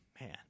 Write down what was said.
man